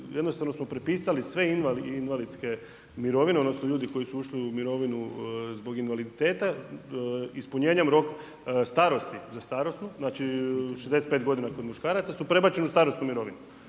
jednostavno smo propisali sve invalidske mirovine odnosno ljudi koji su ušli u mirovinu zbog invaliditeta, ispunjenjem starosti za starosnu, znači 65 g. kod muškaraca su prebačene u starosnu mirovinu,